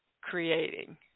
creating